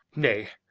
nay,